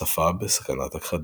שפה בסכנת הכחדה.